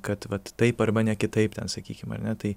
kad vat taip arba ne kitaip ten sakykim ar ne tai